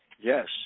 Yes